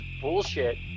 bullshit